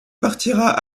partira